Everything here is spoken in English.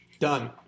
Done